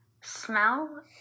smell